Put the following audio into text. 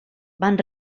van